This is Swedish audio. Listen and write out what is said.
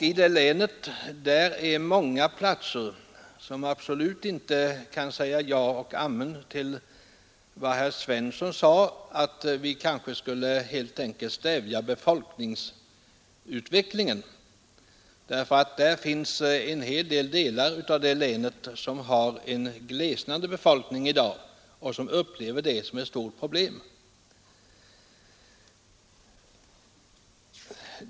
I länet är det många platser där man absolut inte kan säga ja och amen till vad herr Svensson i Malmö rekommenderade, nämligen att vi kanske helt enkelt skulle stävja befolkningsutvecklingen. Det är emellertid åtskilliga delar av det länet som har en glesnande befolkning i dag och som upplever detta som ett stort problem.